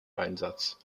einsatz